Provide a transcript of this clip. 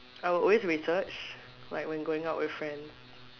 I will research like when going out with friend